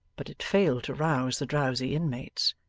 but it failed to rouse the drowsy inmates.